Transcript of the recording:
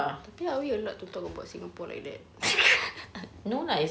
tapi are we allowed to talk about singapore like that